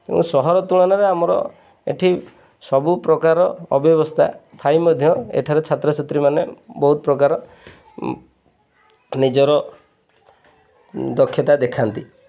ତେଣୁ ସହର ତୁଳନାରେ ଆମର ଏଇଠି ସବୁପ୍ରକାର ଅବ୍ୟବସ୍ଥା ଥାଇ ମଧ୍ୟ ଏଠାରେ ଛାତ୍ର ଛାତ୍ରୀମାନେ ବହୁତ ପ୍ରକାର ନିଜର ଦକ୍ଷତା ଦେଖାନ୍ତି